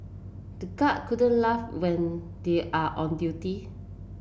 the guard couldn't laugh when they are on duty